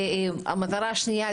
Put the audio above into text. המטרה השנייה,